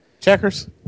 Checkers